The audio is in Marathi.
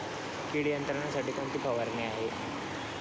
कीड नियंत्रणासाठी कोणती फवारणी करावी?